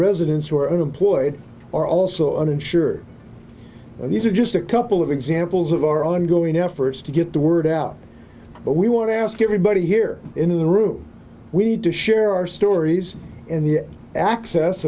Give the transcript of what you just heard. residents who are unemployed are also uninsured and these are just a couple of examples of our ongoing efforts to get the word out but we want to ask everybody here in the room we need to share our stories and the access